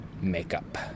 makeup